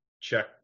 check